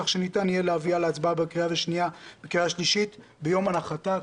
כך שניתן יהיה להביאה להצבעה בקריאה השנייה ובקריאה השלישית ביום הנחתה,